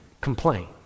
complain